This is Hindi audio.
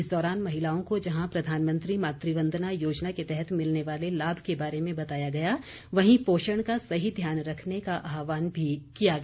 इस दौरान महिलाओं को जहां प्रधानमंत्री मातृवंदना योजना के तहत मिलने वाले लाभ के बारे में बताया गया वहीं पोषण का सही ध्यान रखने का आह्वान किया गया